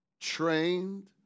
trained